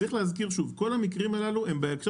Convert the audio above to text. צריך להזכיר שוב שכל המקרים האלה הם בהקשר